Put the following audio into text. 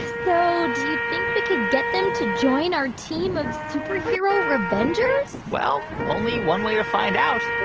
so do you think we could get them to join our team of superhero revengers? well, only one way to find out.